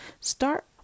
Start